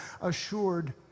assured